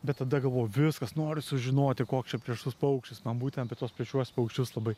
bet tada galvojau viskas noriu sužinoti koks čia plėšrus paukštis man būtent apie tuos plėšriuosius paukščius labai